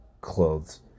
clothes